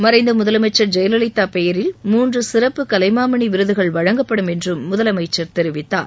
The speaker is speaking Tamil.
மறைந்த முதலமைச்சர் ஜெயலலிதா பெயரில் மூன்று சிறப்பு கலைமாமணி விருதுகள் வழங்கப்படும் என்றும் முதலமைச்சர் தெரிவித்தார்